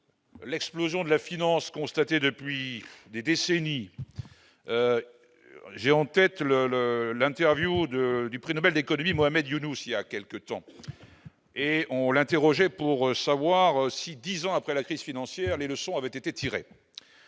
L'explosion de la finance constatée depuis des décennies peut-être le le l'interview de du prix Nobel d'économie, Mohamed Yunus il y a quelque temps, et on l'interrogeait pour savoir si, 10 ans après la crise financière, les leçons avaient été tirées